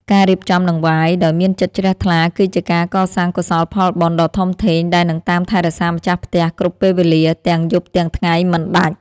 ការរៀបចំដង្វាយដោយមានចិត្តជ្រះថ្លាគឺជាការកសាងកុសលផលបុណ្យដ៏ធំធេងដែលនឹងតាមថែរក្សាម្ចាស់ផ្ទះគ្រប់ពេលវេលាទាំងយប់ទាំងថ្ងៃមិនដាច់។